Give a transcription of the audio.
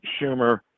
Schumer